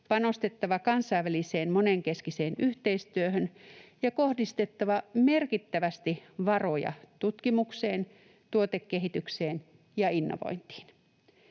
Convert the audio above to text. panostettava kansainväliseen monenkeskiseen yhteistyöhön ja kohdistettava merkittävästi varoja tutkimukseen, tuotekehitykseen ja innovointiin.